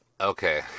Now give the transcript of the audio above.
Okay